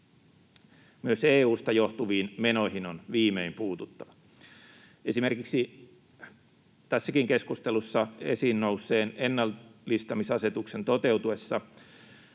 Myös EU:sta johtuviin menoihin on viimein puututtava. Esimerkiksi tässäkin keskustelussa esiin nousseen ennallistamisasetuksen toteutuessa